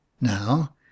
Now